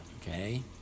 Okay